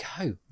go